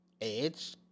Edge